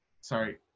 sorry